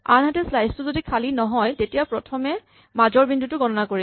আনহাতে স্লাইচ টো যদি খালী নহয় তেতিয়া প্ৰথমে মাজৰ বিন্দুটো গণনা কৰিম